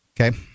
Okay